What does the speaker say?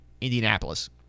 Indianapolis